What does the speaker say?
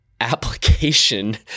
application